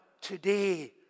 today